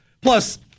Plus